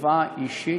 חובה אישית,